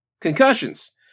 concussions